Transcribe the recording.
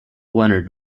leonard